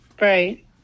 Right